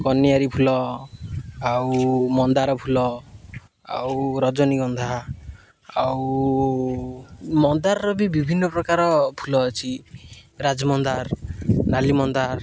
କନିଆରି ଫୁଲ ଆଉ ମନ୍ଦାର ଫୁଲ ଆଉ ରଜନୀଗନ୍ଧା ଆଉ ମନ୍ଦାରର ବି ବିଭିନ୍ନ ପ୍ରକାର ଫୁଲ ଅଛି ରାଜ୍ ମନ୍ଦାର ନାଲି ମନ୍ଦାର